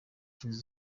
inzu